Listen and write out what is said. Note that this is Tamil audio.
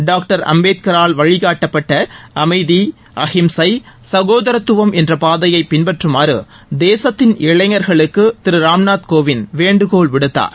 டாக்டர் அம்பேத்கரால் வழிகாட்டப்பட்ட அமைதி அஹிம்சை சகோதரத்துவம் என்ற பாதையை பின்பற்றுமாறு தேசத்தின் இளைஞர்களுக்கு திரு ராம்நாத் கோவிந்த் வேண்டுகோள் விடுத்தார்